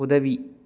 உதவி